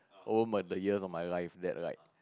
over the years of my life that like